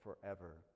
forever